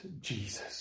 Jesus